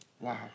Wow